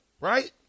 right